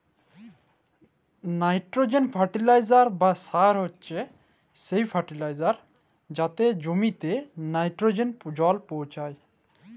লাইটোরোজেল ফার্টিলিসার বা সার হছে সেই ফার্টিলিসার যাতে জমিললে লাইটোরোজেল পৌঁছায়